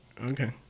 Okay